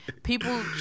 People